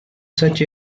such